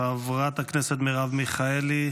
חברת הכנסת מרב מיכאלי,